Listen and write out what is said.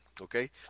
okay